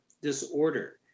disorder